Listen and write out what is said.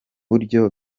buryo